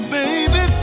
baby